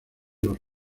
los